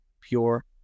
pure